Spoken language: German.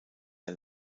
der